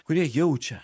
kurie jaučia